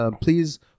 Please